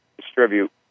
distribute